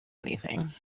anything